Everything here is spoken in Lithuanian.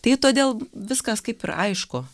tai todėl viskas kaip ir aišku